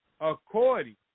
According